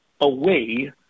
away